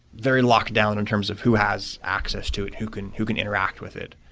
very locked down in terms of who has access to it. who can who can interact with it.